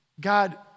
God